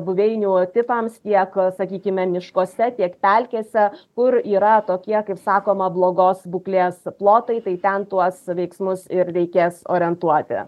buveinių tipams tiek sakykime miškuose tiek pelkėse kur yra tokie kaip sakoma blogos būklės plotai tai ten tuos veiksmus ir reikės orientuoti